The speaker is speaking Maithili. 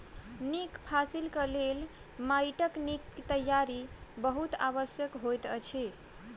नीक फसिलक लेल माइटक नीक तैयारी बहुत आवश्यक होइत अछि